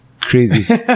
crazy